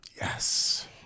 Yes